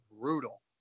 brutal